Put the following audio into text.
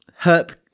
Herp